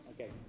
Okay